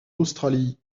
australie